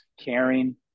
caring